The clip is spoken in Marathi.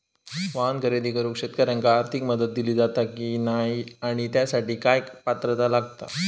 वाहन खरेदी करूक शेतकऱ्यांका आर्थिक मदत दिली जाता की नाय आणि त्यासाठी काय पात्रता लागता?